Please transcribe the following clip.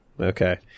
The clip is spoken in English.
okay